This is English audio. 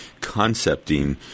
concepting